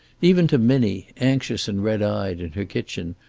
even to minnie anxious and red-eyed in her kitchen,